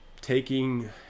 taking